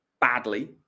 badly